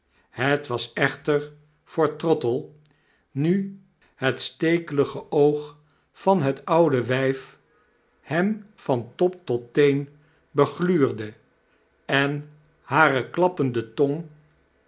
het was echter voor trottle nu het stekelige oog van het oude wiyf hem van top tot teen begluurde en hare klappende tong